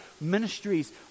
ministries